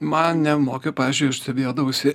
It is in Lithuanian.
mane mokė pavyzdžiui aš stebėdavausi